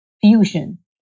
fusion